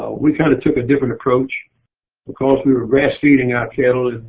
ah we kind of took a different approach because we were grass feeding our cattle,